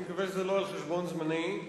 ואני מקווה שזה לא על-חשבון זמני.